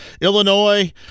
Illinois